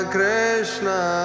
Krishna